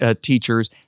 teachers